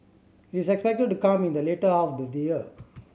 it is expected to come in the later half of the year